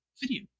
video